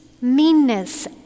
meanness